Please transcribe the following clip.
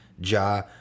Ja